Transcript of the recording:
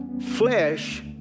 flesh